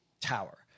tower